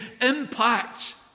impact